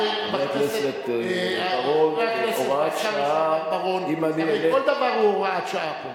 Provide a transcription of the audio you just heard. חבר הכנסת בר-און, כל דבר הוא הוראת שעה פה.